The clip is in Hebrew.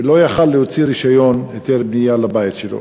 ולא יכול היה להוציא רישיון, היתר בנייה לבית שלו.